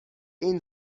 این